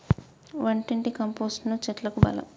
వంటింటి కంపోస్టును చెట్లకు బలం